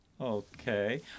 Okay